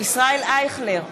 ישראל אייכלר,